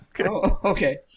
okay